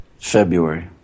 February